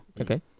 Okay